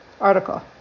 article